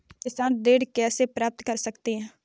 किसान ऋण कैसे प्राप्त कर सकते हैं?